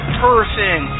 person